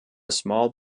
small